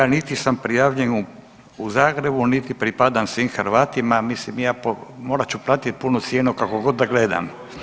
Ja niti sam prijavljen u Zagrebu niti pripadam svim Hrvatima, mislim morat ću platiti punu cijenu kakogod da gledam.